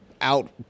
out